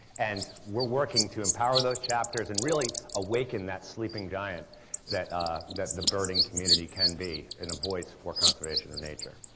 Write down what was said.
and we're working to empower those chapters and really awaken that sleeping giant that ah that the birding community can be in a voice for conservation in nature.